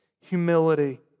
humility